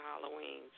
Halloween